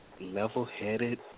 level-headed